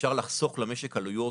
אפשר לחסוך למשק עלויות,